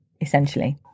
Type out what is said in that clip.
essentially